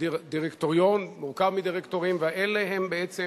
הדירקטוריון מורכב מדירקטורים, ואלה הם בעצם